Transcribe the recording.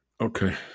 Okay